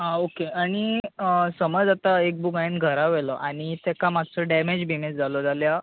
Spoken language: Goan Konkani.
हां ऑके आनी समज आता हांवे एक बूक घरा व्हेलो आनी तेका मात्सो डॅमेज बिमेज जालो जाल्यार